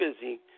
busy